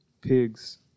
Pigs